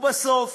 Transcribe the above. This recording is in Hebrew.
ובסוף